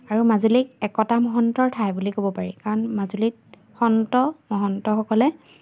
আৰু মাজুলীক একতা মহন্তৰ ঠাই বুলি ক'ব পাৰি কাৰণ মাজুলীত সন্ত মহন্তসকলে